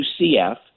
UCF